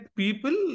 people